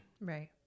Right